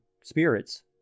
spirits